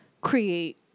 create